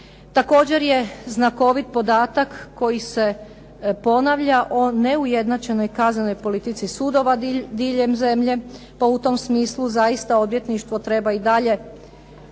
Također je znakovit podatak koji se ponavlja o neujednačenoj kaznenoj politici sudova diljem zemlje pa u tom smislu zaista odvjetništvo treba i dalje